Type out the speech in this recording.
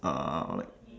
uh like